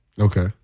Okay